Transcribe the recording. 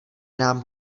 nám